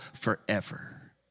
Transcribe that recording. forever